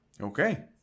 okay